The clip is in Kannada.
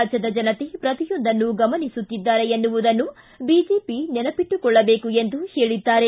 ರಾಜ್ಯದ ಜನತೆ ಪ್ರತಿಯೊಂದನ್ನು ಗಮನಿಸುತ್ತಿದ್ದಾರೆ ಎನ್ನುವುದನ್ನು ಬಿಜೆಪಿ ನೆನಪಿಟ್ಟುಕೊಳ್ಳಬೇಕು ಎಂದು ಹೇಳಿದ್ದಾರೆ